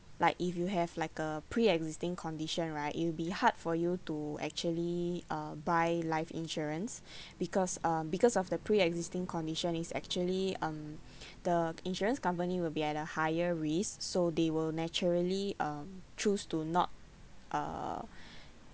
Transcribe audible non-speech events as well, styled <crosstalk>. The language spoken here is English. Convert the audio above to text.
like if you have like a pre-existing condition right it will be hard for you to actually uh buy life insurance <breath> because uh because of the pre-existing condition is actually um <breath> the insurance company will be at a higher risk so they will naturally um choose to not uh